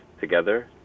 together